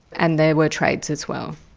and there were trades as well,